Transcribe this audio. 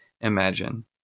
Imagine